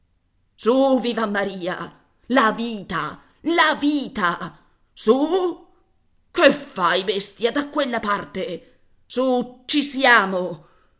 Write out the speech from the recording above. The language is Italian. su viva maria la vita la vita su che fai bestia da quella parte su ci siamo